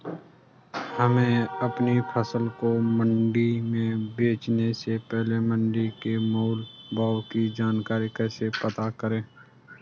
हमें अपनी फसल को मंडी में बेचने से पहले मंडी के मोल भाव की जानकारी कैसे पता करें?